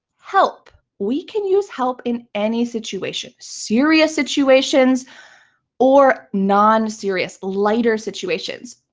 help. we can use help in any situation, serious situations or non-serious, lighter situations.